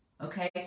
okay